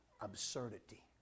absurdity